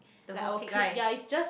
like our clique ya it's just